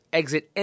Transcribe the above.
exit